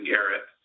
Garrett